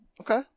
Okay